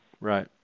Right